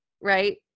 right